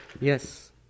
Yes